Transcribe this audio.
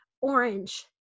orange